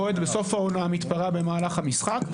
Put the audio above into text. אוהד בסוף העונה מתפרע במהלך המשחק.